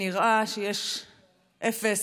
שנראה שיש אפס